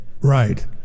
Right